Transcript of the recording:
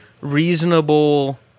reasonable –